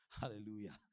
hallelujah